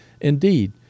Indeed